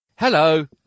Hello